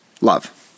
love